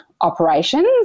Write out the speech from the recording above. operations